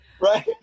Right